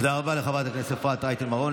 תודה רבה לחברת הכנסת אפרת רייטן מרום.